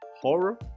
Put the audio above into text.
Horror